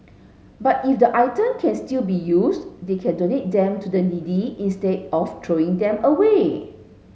but if the item can still be used they can donate them to the needy instead of throwing them away